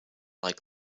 like